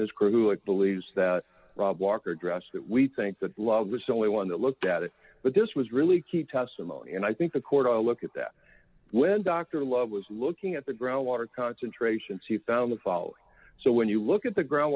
this crew it believes that rob walker drops that we think that love is only one that looked at it but this was really key testimony and i think the court ought to look at that when dr love was looking at the ground water concentrations he found the fall so when you look at the ground